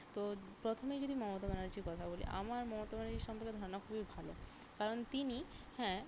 তো প্রথমেই যদি মমতা ব্যানার্জীর কথা বলি আমার মমতা ব্যানার্জীর সম্পর্কে ধারণা খুবই ভালো কারণ তিনি হ্যাঁ